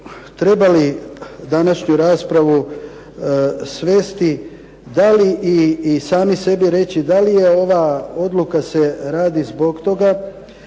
trebali današnju raspravu svesti da li i sami sebi reći da li ova odluka se radi zbog toga